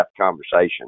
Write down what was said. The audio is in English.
conversation